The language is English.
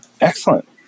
Excellent